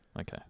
Okay